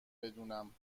بدونم